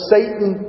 Satan